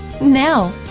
Now